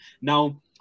Now